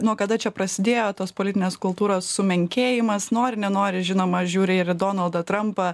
nuo kada čia prasidėjo tos politinės kultūros sumenkėjimas nori nenori žinoma žiūri ir į donaldą trampą